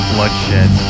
bloodshed